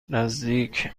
نزدیک